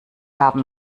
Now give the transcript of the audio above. haben